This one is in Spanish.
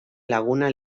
laguna